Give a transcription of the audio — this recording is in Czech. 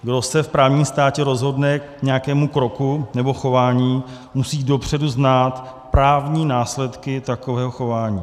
Kdo se v právním státě rozhodne k nějakému kroku nebo chování, musí dopředu znát právní následky takového chování.